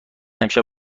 امشب